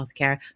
healthcare